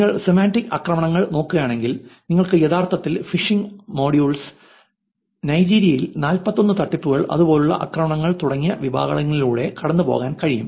നിങ്ങൾ സെമാന്റിക് ആക്രമണങ്ങൾ നോക്കുകയാണെങ്കിൽ നിങ്ങൾക്ക് യഥാർത്ഥത്തിൽ ഫിഷിംഗ് മ്യൂൾസ് നൈജീരിയൻ 41 തട്ടിപ്പുകൾ അതുപോലുള്ള ആക്രമണങ്ങൾ തുടങ്ങിയ വിഭാഗങ്ങളിലൂടെ കടന്നുപോകാൻ കഴിയും